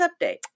update